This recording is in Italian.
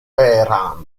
vehrehan